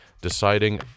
deciding